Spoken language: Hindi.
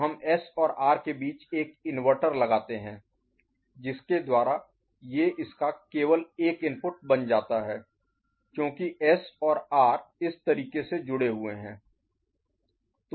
तो हम S और R के बीच एक इन्वर्टर लगाते हैं जिसके द्वारा ये इसका केवल एक इनपुट बन जाता है क्योंकि S और R इस तरीके से जुड़े हुए हैं